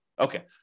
Okay